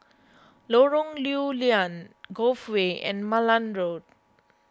Lorong Lew Lian Cove Way and Malan Road